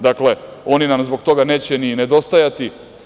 Dakle, oni nam zbog toga neće ni nedostajati.